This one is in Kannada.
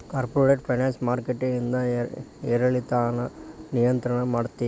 ಕಾರ್ಪೊರೇಟ್ ಫೈನಾನ್ಸ್ ಮಾರ್ಕೆಟಿಂದ್ ಏರಿಳಿತಾನ ನಿಯಂತ್ರಣ ಮಾಡ್ತೇತಿ